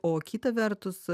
o kita vertus